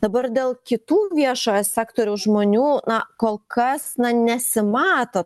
dabar dėl kitų viešojo sektoriaus žmonių na kol kas nesimato